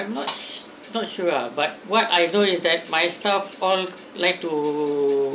~'m not not sure ah but what I know is that my staff all like to